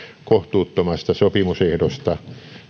kohtuuttomasta sopimusehdosta